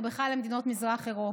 ובכלל למדינות מזרח אירופה.